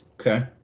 Okay